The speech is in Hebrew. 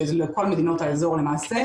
שזה לכל מדינות האזור למעשה,